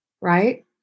right